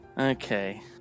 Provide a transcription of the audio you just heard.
Okay